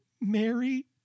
Mary